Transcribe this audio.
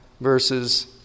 verses